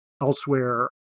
elsewhere